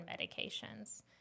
medications